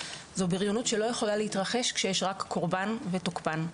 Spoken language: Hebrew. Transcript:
זו בריונות שלא יכולה להתרחש כשיש רק קורבן ותוקפן.